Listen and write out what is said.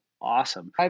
awesome